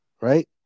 right